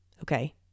Okay